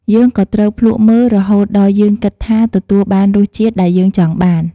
យើងក៏ត្រូវភ្លក់មើលរហូតដល់យើងគិតថាទទួលបានរសជាតិដែលយើងចង់បាន។